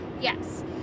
Yes